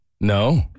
No